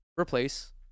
replace